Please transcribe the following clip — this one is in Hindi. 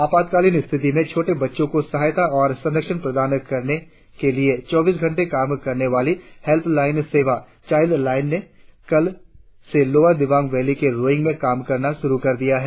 आपातकालिन स्थितियों में छोटे बच्चों को सहायता और संरक्षण प्रदान करने के लिए चौबीसो घंटे काम करने वाली हेल्प लाइन सेवा चाईल्ड लाईन ने कल से लोअर दिवांग वैली के रोईंग में काम करना शुरु कर दिया है